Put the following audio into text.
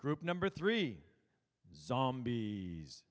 group number three zombie